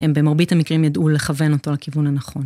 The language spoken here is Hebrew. הם במרבית המקרים ידעו לכוון אותו לכיוון הנכון.